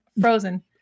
Frozen